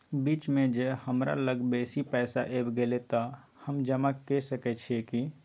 बीच म ज हमरा लग बेसी पैसा ऐब गेले त हम जमा के सके छिए की?